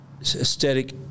aesthetic